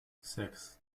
sechs